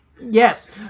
yes